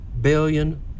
billion